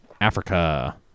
Africa